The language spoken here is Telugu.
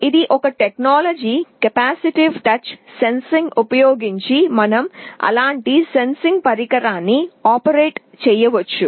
ఇది ఒక టెక్నాలజీ కెపాసిటివ్ టచ్ సెన్సింగ్ ఉపయోగించి మనం అలాంటి సెన్సింగ్ పరికరాన్ని అమలు చేయవచ్చు